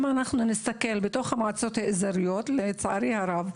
אם אנחנו נסתכל בתוך המועצות האזוריות, לצערי הרב,